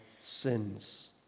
sins